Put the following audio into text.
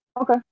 Okay